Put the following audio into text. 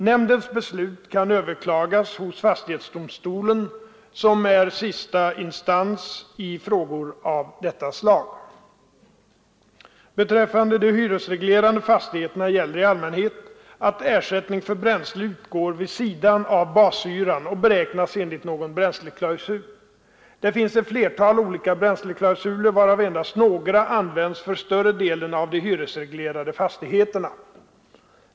Nämndens beslut kan överklagas hos fastighetsdomstolen, som är sista instans i frågor av detta slag. Beträffande de hyresreglerade fastigheterna gäller i allmänhet att ersättning för bränsle utgår vid sidan av bashyran och beräknas enligt någon bränsleklausul. Det finns ett flertal olika bränsleklausuler, varav endast några används för större delen av de hyresreglerade fastigheterna.